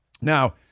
Now